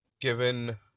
given